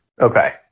Okay